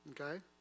okay